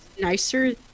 nicer